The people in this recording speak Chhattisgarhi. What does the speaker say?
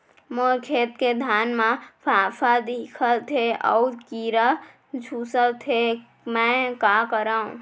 मोर खेत के धान मा फ़ांफां दिखत हे अऊ कीरा चुसत हे मैं का करंव?